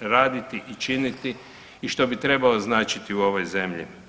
raditi i činiti i što bi trebao značiti u ovoj zemlji.